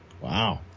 Wow